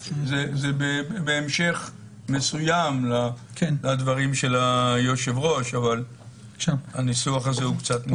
זה בהמשך מסוים לדברים של היושב-ראש אבל הניסוח הזה הוא קצת מוזר.